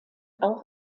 auch